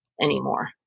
anymore